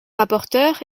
rapporteur